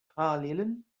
parallelen